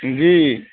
جی